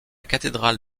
cathédrale